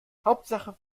hauptsache